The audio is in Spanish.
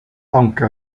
aunque